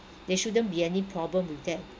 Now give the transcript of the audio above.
there shouldn't be any problem with that